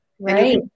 Right